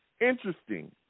Interesting